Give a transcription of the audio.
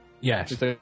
Yes